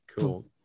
cool